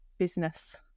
business